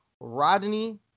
Rodney